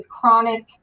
chronic